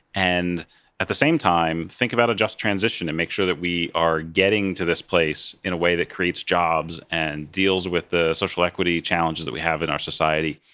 and at the same time think about a just transition, and make sure that we are getting to this place in a way that creates jobs and deals with the social equity challenges that we have in our society.